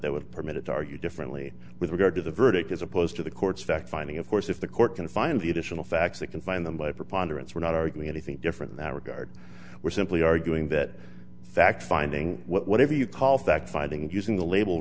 that would permit it to argue differently with regard to the verdict as opposed to the court's fact finding of course if the court can find the additional facts they can find them by preponderance we're not arguing anything different that regard we're simply arguing that fact finding whatever you call for finding using the label